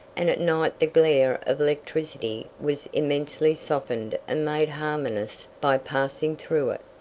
and at night the glare of electricity was immensely softened and made harmonious by passing through it.